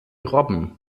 robben